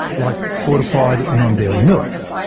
like fortified non-dairy milks.